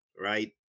right